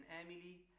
Emily